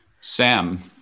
Sam